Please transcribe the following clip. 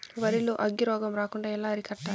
వరి లో అగ్గి రోగం రాకుండా ఎలా అరికట్టాలి?